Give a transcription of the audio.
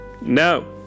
No